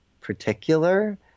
particular